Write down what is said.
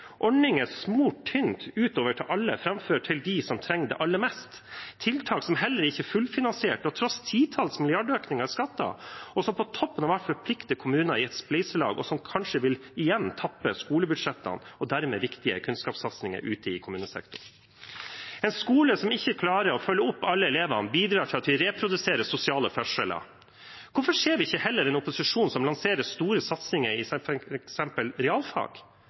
tynt utover til alle framfor til dem som trenger det aller mest, tiltak som heller ikke er fullfinansiert, til tross for titalls milliarder i økninger i skatter, og som på toppen av alt forplikter kommuner i et spleiselag, og som kanskje igjen vil tappe skolebudsjettene og dermed viktige kunnskapssatsinger ute i kommunesektoren. En skole som ikke klarer å følge opp alle elevene, bidrar til at vi reproduserer sosiale forskjeller. Hvorfor ser vi ikke heller en opposisjon som lanserer store satsinger i f.eks. realfag?